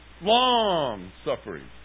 Long-suffering